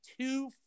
two